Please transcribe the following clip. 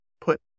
put